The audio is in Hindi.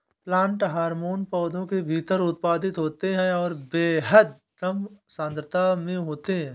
प्लांट हार्मोन पौधों के भीतर उत्पादित होते हैंऔर बेहद कम सांद्रता में होते हैं